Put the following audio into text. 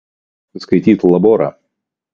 rytoj reikia atsiskaityt laborą